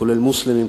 כולל מוסלמים,